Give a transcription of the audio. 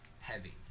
heavy